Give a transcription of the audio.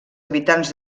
habitants